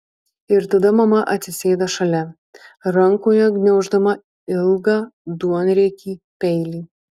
ir tada mama atsisėda šalia rankoje gniauždama ilgą duonriekį peilį